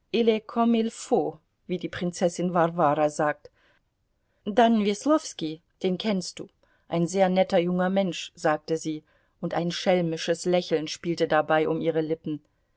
wie die prinzessin warwara sagt dann weslowski den kennst du ein sehr netter junger mensch sagte sie und ein schelmisches lächeln spielte dabei um ihre lippen